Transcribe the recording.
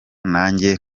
nanjye